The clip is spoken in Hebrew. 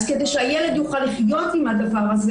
אז כדי שהילד יוכל להיות עם זה,